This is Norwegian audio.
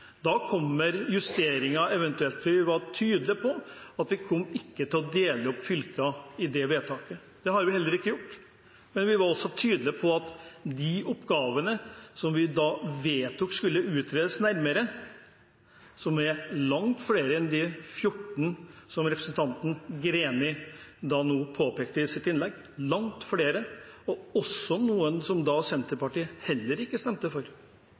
Da kommer justeringen, eventuelt. Vi var tydelig på at vi ikke kom til å dele opp fylker, i det vedtaket. Det har vi heller ikke gjort. Men vi var også tydelig på de oppgavene som vi vedtok skulle utredes nærmere, som er langt flere enn de 14 som representanten Greni nå påpekte i sitt innlegg – langt flere, og også noen som Senterpartiet heller ikke stemte for.